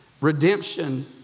redemption